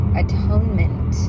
atonement